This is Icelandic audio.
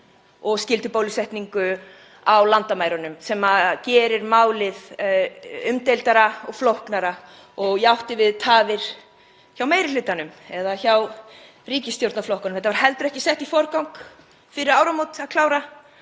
og skyldubólusetningu á landamærunum sem gera málið umdeildara og flóknara (Forseti hringir.) og ég átti við tafir hjá meiri hlutanum eða hjá ríkisstjórnarflokkunum. Það var heldur ekki sett í forgang fyrir áramót að klára